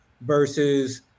versus